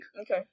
Okay